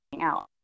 out